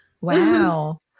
Wow